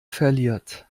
verliert